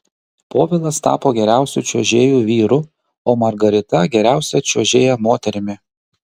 povilas tapo geriausiu čiuožėju vyru o margarita geriausia čiuožėja moterimi